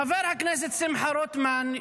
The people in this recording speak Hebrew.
חבר הכנסת שמחה רוטמן,